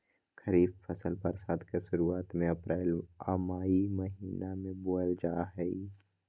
खरीफ फसल बरसात के शुरुआत में अप्रैल आ मई महीना में बोअल जा हइ